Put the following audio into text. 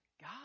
God